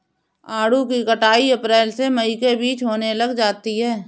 आड़ू की कटाई अप्रैल से मई के बीच होने लग जाती है